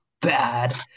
bad